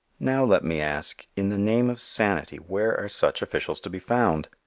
now let me ask in the name of sanity where are such officials to be found?